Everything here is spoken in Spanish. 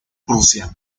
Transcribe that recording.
prusia